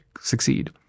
succeed